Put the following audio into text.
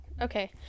Okay